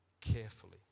carefully